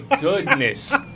goodness